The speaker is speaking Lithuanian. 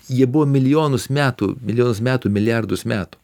ji buvo milijonus metų milijonus metų milijardus metų